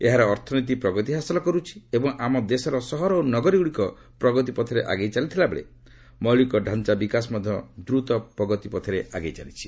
ଏହାର ଅର୍ଥନୀତି ପ୍ରଗତି ହାସଲ କରୁଛି ଏବଂ ଆମ ଦେଶର ସହର ଓ ନଗରୀ ଗୁଡ଼ିକ ପ୍ରଗତି ପଥରେ ଆଗେଇ ଚାଲିଥିବାବେଳେ ମୌଳିକ ଡ଼ାଞ୍ଚା ବିକାଶ ମଧ୍ୟ ଦ୍ରତ ପ୍ରଗତି ପଥରେ ଆଗେଇ ଚାଲିଛି